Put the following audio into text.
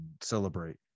celebrate